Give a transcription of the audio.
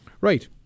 Right